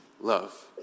love